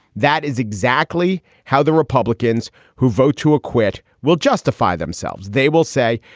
that is exactly how the republicans who vote to acquit will justify themselves. they will say,